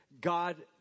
God